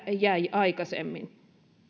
jäi aikaisemmin